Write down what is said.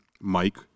Mike